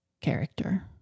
character